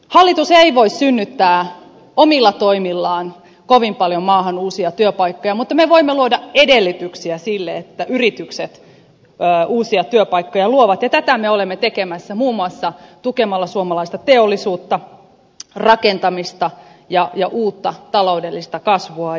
hallitus ei voi synnyttää omilla toimillaan maahan kovin paljon uusia työpaikkoja mutta me voimme luoda edellytyksiä sille että yritykset luovat uusia työpaikkoja ja tätä me olemme tekemässä muun muassa tukemalla suomalaista teollisuutta rakentamista ja uutta taloudellista kasvua